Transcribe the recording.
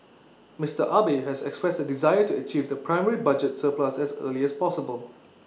Mister Abe has expressed A desire to achieve the primary budget surplus as early as possible